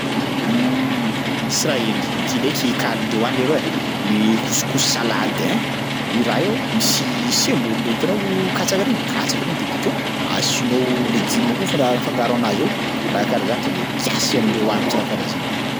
Hum Israely ity ndraiky kalindreo any leroa ai, i couscous salady ein, io raha io misy semoule hitanao katsaka reny? Katsaka reny de bakeo asianao legioma koa afana- afangaro anazy ao, raha karaha zany to de kiasy amindreo any mihitsy raha karaha zany.